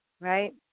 right